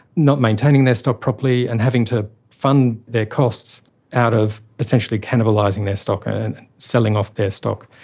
not maintaining their stock properly and having to fund their costs out of essentially cannibalising their stock and selling off their stock.